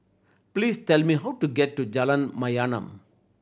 please tell me how to get to Jalan Mayaanam